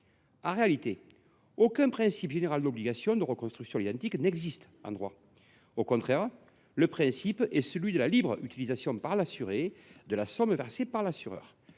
en droit aucun principe général d’obligation de reconstruction à l’identique. Au contraire, le principe est celui de la libre utilisation, par l’assuré, de la somme versée par l’assureur.